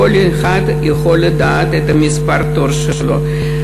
כל אחד יכול לדעת את המספר שלו בתור.